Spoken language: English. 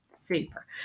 super